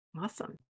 Awesome